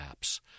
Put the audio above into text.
apps